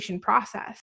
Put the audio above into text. process